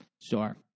Sure